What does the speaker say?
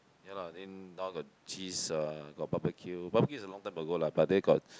ya lah then now got cheese uh got barbecue barbecue is long time ago lah but there got